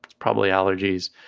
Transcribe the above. probably allergies.